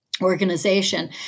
Organization